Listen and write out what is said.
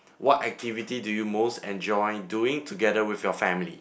what activity do you most enjoy doing together with your family